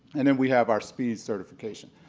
and then we have our sped certification.